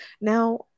Now